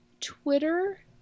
Twitter